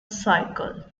cycle